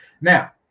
now